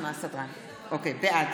בעד